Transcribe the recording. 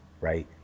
right